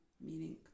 meaning